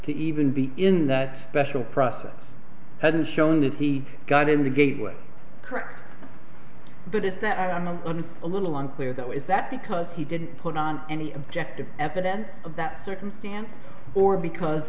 to even be in that special process hasn't shown that he got in the gateway correct but is that i'm a little unclear though is that because he didn't put on any objective evidence of that circumstance or because